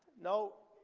no,